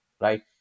Right